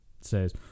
says